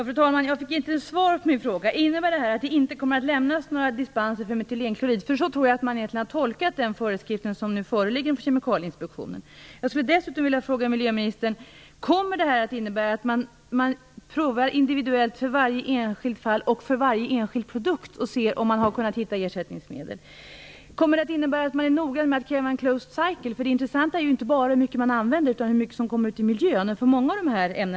Fru talman! Jag fick inte svar på min fråga. Innebär det här är att det inte kommer att lämnas några dispenser för metylenklorid? Så tror jag nämligen att man har tolkat den föreskrift som nu föreligger för Kommer detta att innebära att man gör en individuell prövning i varje enskilt fall och för varje enskild produkt för att se om man har kunnat hitta ersättningsmedel? Kommer det att innebära att man är noggrann med att kräva en "closed cycle"? Det intressanta är ju inte bara hur mycket av dessa ämnen som används utan hur mycket som kommer ut i miljön.